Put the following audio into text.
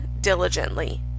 diligently